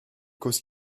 cause